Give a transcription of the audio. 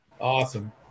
Awesome